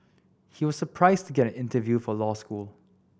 he was surprised to get an interview for law school